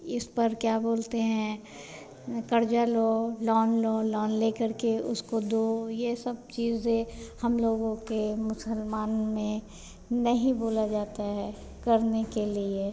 इस पर क्या बोलते हैं कर्ज़ लो लोन लो लोन ले करके उसको दो यह सब चीज़ें हम लोगों के मुसलमान में नहीं बोला जाता है करने के लिए